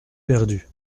perdu